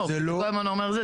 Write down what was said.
לא, כי אתה כל הזמן אומר זה.